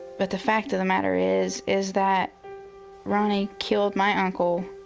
but the fact of the matter is is that ronnie killed my uncle.